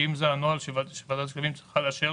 ואם זה הנוהל שוועדת כספים צריכה לאשר